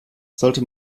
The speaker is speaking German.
sollte